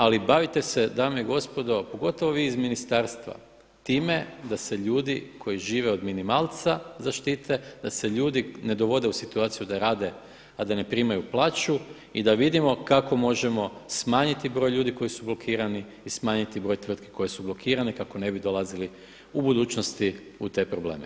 Ali bavite se dame i gospodo pogotovo vi iz ministarstva time da se ljudi koji žive od minimalca zaštite, da se ljudi ne dovode u situaciju da rade, a da ne primaju plaću i da vidimo kako možemo smanjiti broj ljudi koji su blokirani i smanjiti broj tvrtki koje su blokirane kako ne bi dolazili u budućnosti u te probleme.